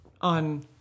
on